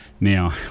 now